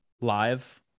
live